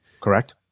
correct